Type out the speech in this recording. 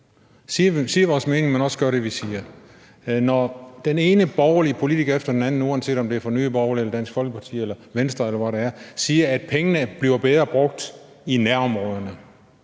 siger vores mening, men også gør det, vi siger? Når den ene borgerlige politiker efter den anden – uanset om det er fra Nye Borgerlige eller Dansk Folkeparti eller Venstre, eller hvor det er – siger, at pengene bliver brugt bedre i nærområderne,